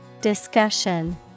Discussion